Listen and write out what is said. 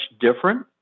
different